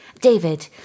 David